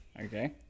Okay